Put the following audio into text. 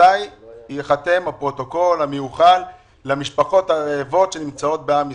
מתי ייחתם הפרוטוקול המיוחל למשפחות הרעבות שנמצאות בעם ישראל?